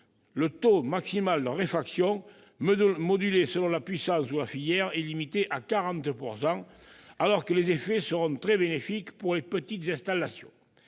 le taux maximal de réfaction, modulé selon la puissance ou la filière, étant limité à 40 %, alors que les effets seront très bénéfiques pour les petites installations.